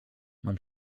mam